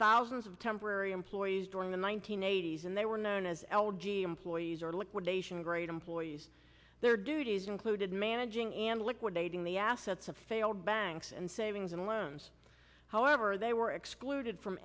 thousands of temporary employees in the one nine hundred eighty s and they were known as l g employees or liquidation great employees their duties included managing and liquidating the assets of failed banks and savings and loans however they were excluded from